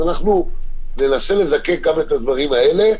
אז אנחנו ננסה לזקק גם את הדברים האלה,